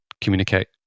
communicate